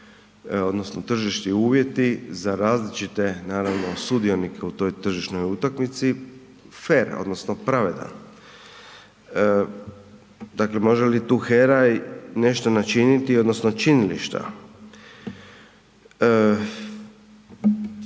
da su tržišni uvjeti za različite sudionike u toj tržišnoj utakmici fer odnosno pravedan. Dakle može li HERA tu nešto učiniti odnosno čini li šta?